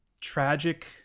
tragic